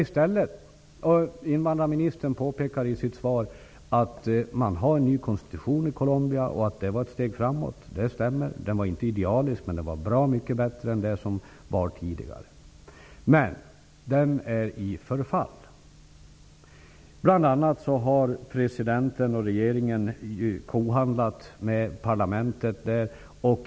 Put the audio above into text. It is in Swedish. Invandrarministern påpekar i sitt svar att Colombias nya konstitution innebar ett steg framåt. Det stämmer. Den är inte idealisk, men den är bra mycket bättre än den som fanns tidigare. Problemet är att den förfaller. Bl.a. har presidenten och regeringen kohandlat med parlamentet.